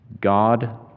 God